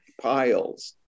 piles